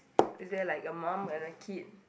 is there like a mum and a kid